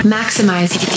maximize